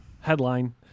headline